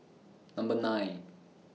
Number nine